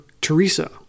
Teresa